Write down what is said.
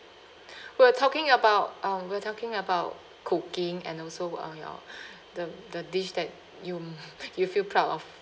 we're talking about um we're talking about cooking and also uh your the the dish that you m~ you feel proud of